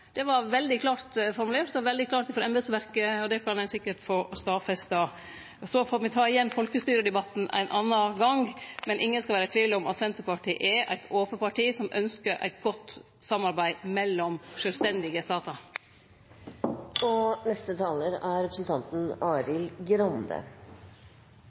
Det var veldig klårt formulert og veldig klårt frå embetsverket. Det kan ein sikkert få stadfesta. Så får me ta folkestyredebatten ein annan gong. Men ingen skal vere i tvil om at Senterpartiet er eit ope parti, som ynskjer eit godt samarbeid mellom sjølvstendige statar.